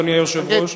אדוני היושב-ראש,